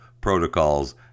protocols